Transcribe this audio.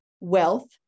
wealth